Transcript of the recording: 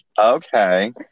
Okay